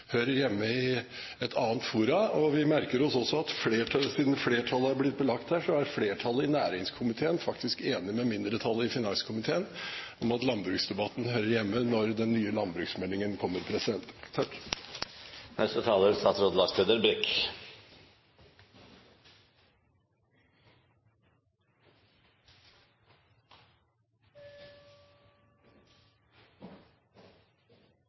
hører hjemme i en annen debatt. Vi merker oss også, siden flertallet i finanskomiteen er nevnt her, at flertallet i næringskomiteen faktisk er enig med mindretallet i finanskomiteen i at landbruksdebatten hører hjemme her når den nye landbruksmeldingen kommer. Regjeringen legger til grunn at importvernet er